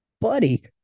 buddy